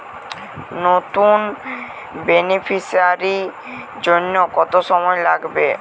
নতুন বেনিফিসিয়ারি জন্য কত সময় লাগবে?